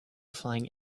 flying